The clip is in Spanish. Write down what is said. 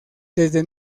desde